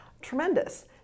tremendous